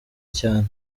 cyane